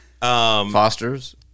Fosters